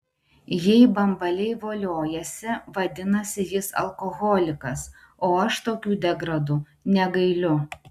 jei bambaliai voliojasi vadinasi jis alkoholikas o aš tokių degradų negailiu